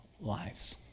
lives